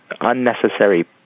unnecessary